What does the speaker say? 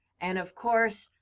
and of course,